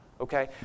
Okay